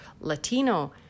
Latino